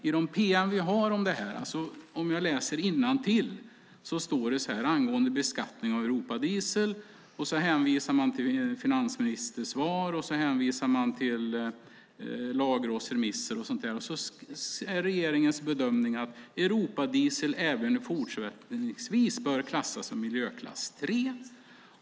I de pm vi har om beskattning av Europadiesel hänvisar man till finansministersvar, lagrådsremisser och annat och säger sedan att regeringens bedömning är att Europadiesel även fortsättningsvis bör klassas som miljöklass 3.